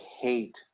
hate